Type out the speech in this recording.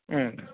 ಹ್ಞೂ ರಿ